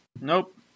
Nope